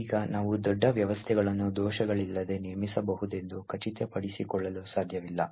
ಈಗ ನಾವು ದೊಡ್ಡ ವ್ಯವಸ್ಥೆಗಳನ್ನು ದೋಷಗಳಿಲ್ಲದೆ ನಿರ್ಮಿಸಬಹುದೆಂದು ಖಚಿತಪಡಿಸಿಕೊಳ್ಳಲು ಸಾಧ್ಯವಿಲ್ಲ